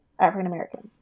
African-Americans